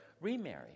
remarry